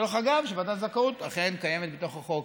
דרך אגב, ועדת זכאות אכן קיימת בתוך החוק.